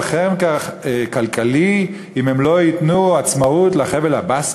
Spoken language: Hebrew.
חרם כלכלי אם הם לא ייתנו עצמאות לחבל הבסקים?